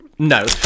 No